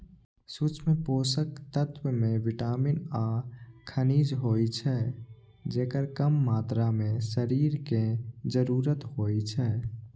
सूक्ष्म पोषक तत्व मे विटामिन आ खनिज होइ छै, जेकर कम मात्रा मे शरीर कें जरूरत होइ छै